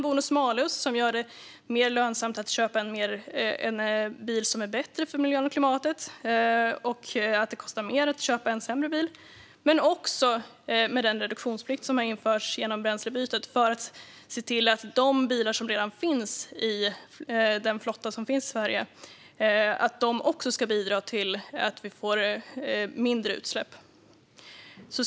Bonus-malus gör det mer lönsamt att köpa en bil som är bättre för miljön och klimatet och att det kostar mer att köpa en sämre bil. Med reduktionsplikten som har införts genom bränslebytet ser man till att de bilar som redan finns i flottan i Sverige också ska bidra till att vi får mindre utsläpp.